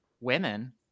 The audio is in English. women